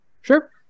Sure